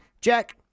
Jack